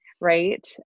Right